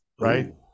Right